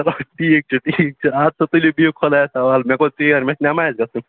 چلو ٹھیٖک چھُ ٹھیٖک چھُ اَدٕ سا تُلِو بِہو خۄدایس حَوال مےٚ گوٚو ژیر مےٚ چھُ نٮ۪مازِ گَژھُن